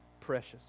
precious